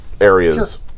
areas